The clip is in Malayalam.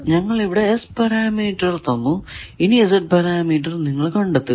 ഞങ്ങൾ ഇവിടെ S പാരാമീറ്റർ തന്നു ഇനി Z പാരാമീറ്റർ നിങ്ങൾ കണ്ടെത്തുക